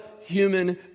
human